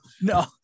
no